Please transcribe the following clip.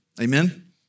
Amen